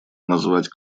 назвать